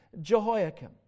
Jehoiakim